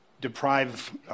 deprive